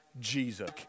Jesus